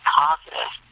positive